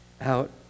out